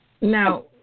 Now